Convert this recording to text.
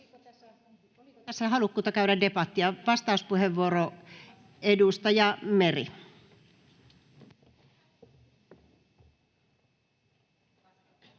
tässä halukkuutta käydä debattia? — Vastauspuheenvuoro, edustaja Meri.